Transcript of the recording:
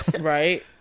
right